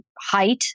height